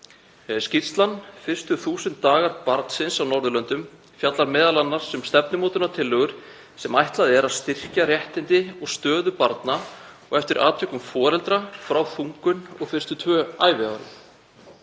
hönd. Skýrslan, Fyrstu 1000 dagar barnsins á Norðurlöndum, fjallar m.a. um stefnumótunartillögur sem ætlað er að styrkja réttindi og stöðu barna og eftir atvikum foreldra frá þungun og fyrstu tvö æviárin.